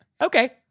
Okay